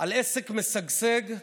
על עסק משגשג לבושה.